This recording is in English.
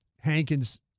hankins